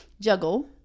juggle